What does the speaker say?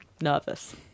nervous